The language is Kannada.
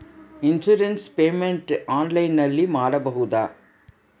ಇನ್ಸೂರೆನ್ಸ್ ಪೇಮೆಂಟ್ ಆನ್ಲೈನಿನಲ್ಲಿ ಮಾಡಬಹುದಾ?